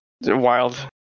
wild